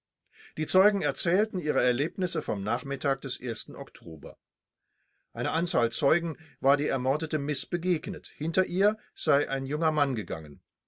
die zeugen erzählten ihre erlebnisse vom nachmittag des oktober einer anzahl zeugen war die ermordete miß begegnet hinter ihr sei ein junger mann gegangen